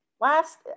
Last